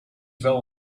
wel